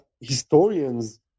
historians